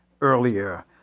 earlier